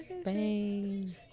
spain